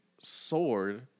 sword